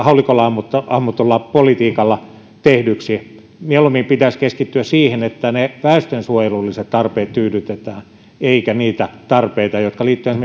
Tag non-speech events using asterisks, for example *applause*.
*unintelligible* haulikolla ammutulla politiikalla tehdyksi mieluummin pitäisi keskittyä siihen että ne väestönsuojelulliset tarpeet tyydytetään eikä niitä tarpeita jotka liittyvät *unintelligible*